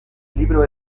libro